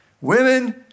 Women